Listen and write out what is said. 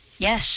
Yes